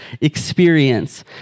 experience